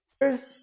first